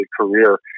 career